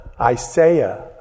Isaiah